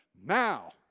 Now